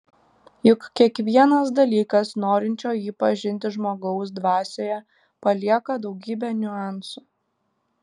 juk kiekvienas dalykas norinčio jį pažinti žmogaus dvasioje palieka daugybę niuansų